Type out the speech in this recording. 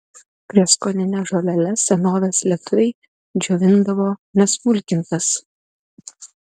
prieskonines žoleles senovės lietuviai džiovindavo nesmulkintas